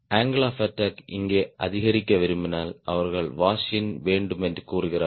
uncle of attack இங்கே அதிகரிக்க விரும்பினால் அவர்கள் வாஷ் இன் வேண்டும் என்று கூறுகிறார்கள்